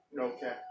okay